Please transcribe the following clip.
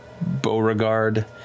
Beauregard